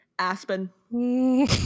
aspen